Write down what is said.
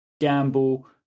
gamble